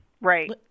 right